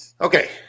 okay